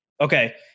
Okay